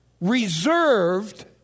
Reserved